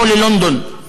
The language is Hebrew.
או ללונדון,